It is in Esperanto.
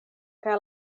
kaj